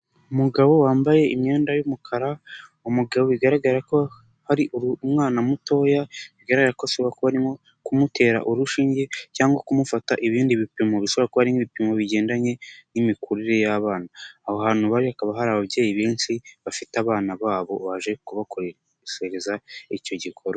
Umugabo wambaye imyenda y'umukara, umugabo bigaragara ko hari umwana mutoya bigaragara ko ashobora kuba arimo kumutera urushinge cyangwa kumufata ibindi bipimo bishobora kuba nk'ibipimo bigendanye n'imikurire y'abana, aho hantu bari hakaba hari ababyeyi benshi bafite abana babo baje kubakoreshereza icyo gikorwa.